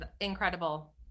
incredible